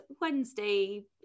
Wednesday